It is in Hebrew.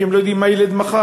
כי הם לא יודעים מה ילד מחר.